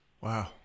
Wow